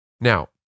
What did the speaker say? Now